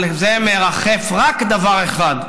על זה מרחף רק דבר אחד: